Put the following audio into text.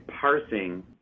parsing